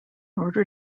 order